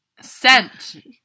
sent